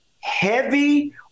heavy